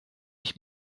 ich